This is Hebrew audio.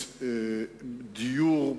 הדיור,